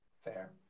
Fair